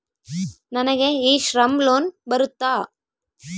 ನನಗೆ e Shram loan ಬರುತ್ತಾ?